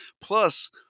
Plus